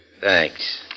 Thanks